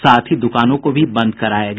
साथ ही दुकानों को भी बंद कराया गया